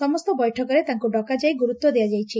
ସମସ୍ତ ବୈଠକରେ ତାଙ୍କୁ ଡକାଯାଇ ଗୁରୁତ୍ ଦିଆଯାଇଛି